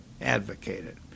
advocated